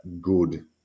good